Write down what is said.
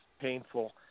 painful